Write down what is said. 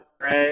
Right